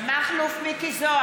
(קוראת בשמות חברי הכנסת) מכלוף מיקי זוהר,